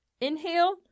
inhale